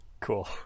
Cool